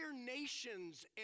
nations